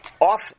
off